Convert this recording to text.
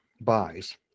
buys